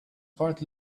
part